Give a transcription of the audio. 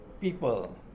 people